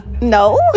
No